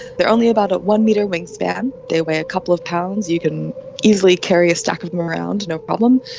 they are only about a one-metre wingspan, they weigh a couple of pounds. you can easily carry a stack of them around, no problem,